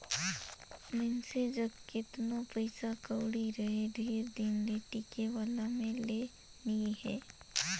मइनसे जग केतनो पइसा कउड़ी रहें ढेर दिन ले टिके वाला में ले नी हे